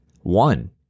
One